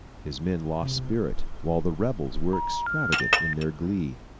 his men lost spirit, while the rebels were extravagant in their glee.